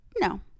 No